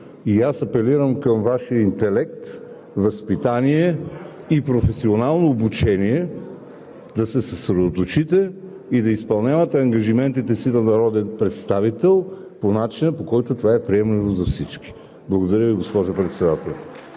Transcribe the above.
Аз апелирам към Вашия интелект, възпитание и професионално обучение, да се съсредоточите и да изпълнявате ангажиментите си на народен представител по начина, по който това е приемливо за всички. Благодаря Ви, госпожо Председател.